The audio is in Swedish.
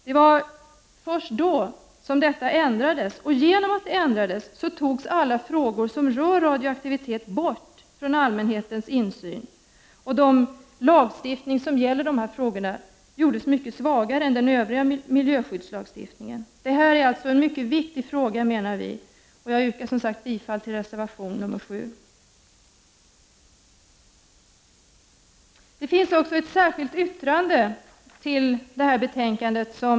Det var först då som detta ändrades, och genom att det ändrades så togs alla frågor som rör radioaktivitet bort från allmänhetens insyn. Den lagstiftning som gäller dessa frågor gjordes mycket svagare än den övriga miljöskyddslagstiftningen. Detta menar vi är en mycket viktig fråga, och jag yrkar som sagt bifall till reservation 7. Vpk har också undertecknat ett särskilt yttrande i betänkandet.